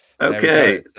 okay